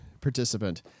participant